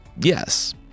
Yes